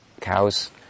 cows